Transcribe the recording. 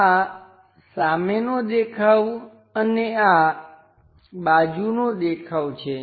આ સામેનો દેખાવ અને આ બાજુનો દેખાવ છે